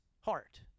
heart